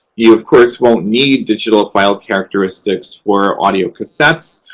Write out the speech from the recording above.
you, of course, won't need digital file characteristics for audiocassettes.